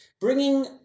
bringing